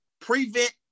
prevent